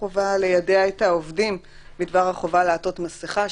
חובה ליידע את העובדים בדבר החובה לעטות מסכה,